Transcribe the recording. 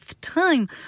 time